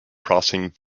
crossing